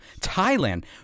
Thailand